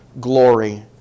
glory